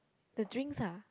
the drinks ah